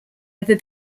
ever